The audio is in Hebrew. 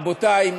רבותי,